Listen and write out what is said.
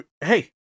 Hey